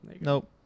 Nope